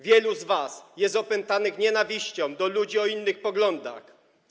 Wielu z was jest opętanych nienawiścią do ludzi o innych poglądach.